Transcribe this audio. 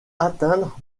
atteindre